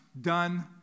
done